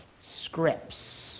scripts